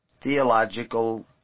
theological